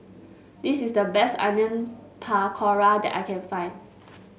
this is the best Onion Pakora that I can find